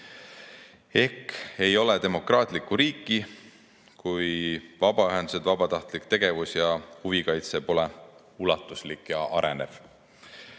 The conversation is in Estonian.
Ehk ei ole demokraatlikku riiki, kui vabaühendused, vabatahtlik tegevus ja huvikaitse pole ulatuslik ja arenev.